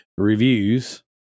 reviews